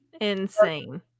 Insane